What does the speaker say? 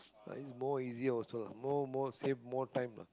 but it's more easier also lah more more safe more time lah